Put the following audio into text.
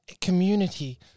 community